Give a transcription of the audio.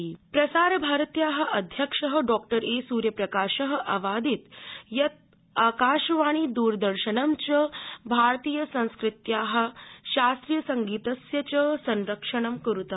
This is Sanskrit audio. सूर्यप्रकाश प्रसार भारतत्या अध्यक्ष डॉ॰ सूर्यप्रकाश अवादीत् यत् आकाशवाणी द्रदर्शनं च भारतीय संस्कृत्या शास्त्रीयसंगीतस्य च संरक्षणं क्रुत